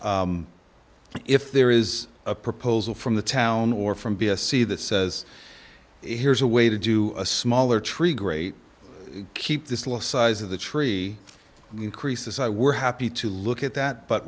if there is a proposal from the town or from b s c that says here's a way to do a smaller tree great keep this last size of the tree increases i were happy to look at that